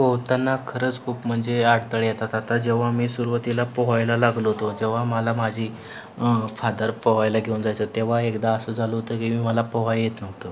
पोहताना खरंच खूप म्हणजे अडथळं येतात आता जेव्हा मी सुरवातीला पोहायला लागलो होतो जेव्हा मला माझी फादर पोहायला घेऊन जायचं तेव्हा एकदा असं झालं होतं की मी मला पोहायला येत नव्हतं